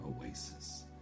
oasis